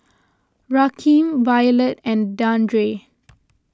Rakeem Violet and Dandre